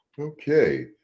Okay